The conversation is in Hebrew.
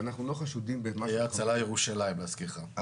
היה הצלה ירושלים להזכירך,